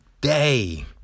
day